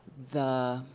the